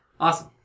Awesome